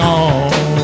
on